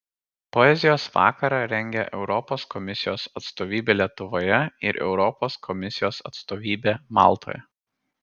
poezijos vakarą rengia europos komisijos atstovybė lietuvoje ir europos komisijos atstovybė maltoje